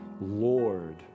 Lord